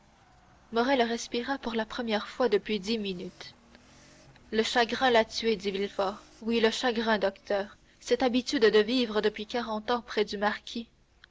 morrel respira pour la première fois depuis dix minutes le chagrin l'a tuée dit villefort oui le chagrin docteur cette habitude de vivre depuis quarante ans près du marquis